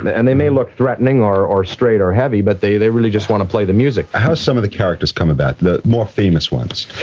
and they may look threatening, or or straight or heavy, but they they really just wanna play the music. how some of the characters come about, the more famous ones,